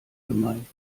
gemeint